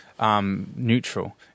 Neutral